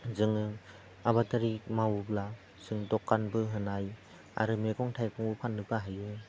जोङो आबादारि मावोब्ला जों दकानबो होनाय आरो मैगं थाइगं फाननोबो हायो